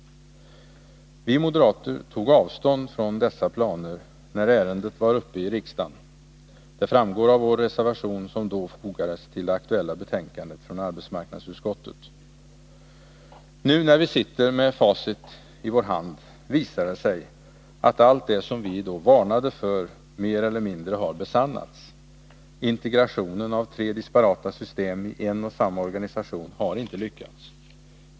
Vi moderater tog avstånd från dessa planer, när ärendet var uppe i riksdagen. Det framgår av vår reservation, som då fogades till det aktuella betänkandet från arbetsmarknadsutskottet. Nu när vi sitter med facit i hand visar det sig att allt det som vi då varnade för mer eller mindre har besannats. Integrationen av tre disparata system i en och samma organisation har inte lyckats.